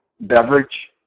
beverage